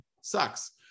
sucks